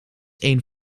één